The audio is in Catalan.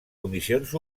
comissions